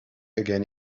again